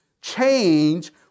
change